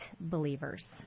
believers